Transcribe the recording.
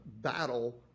battle